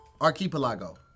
Archipelago